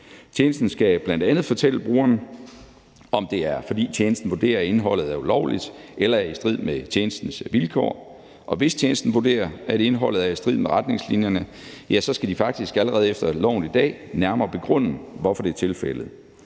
Tjenesten skal bl.a. fortælle brugeren, om det er, fordi tjenesten vurderer, at indholdet er ulovligt eller er i strid med tjenestens vilkår. Og hvis tjenesten vurderer, at indholdet er i strid med retningslinjerne, så skal de faktisk ifølge loven allerede i dag nærmere begrunde, hvorfor det er tilfældet.